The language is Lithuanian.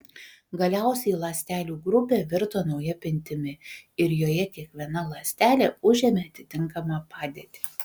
galiausiai ląstelių grupė virto nauja pintimi ir joje kiekviena ląstelė užėmė atitinkamą padėtį